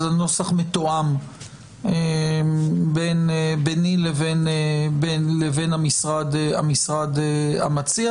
זה נוסח מתואם ביני לבין המשרד המציע,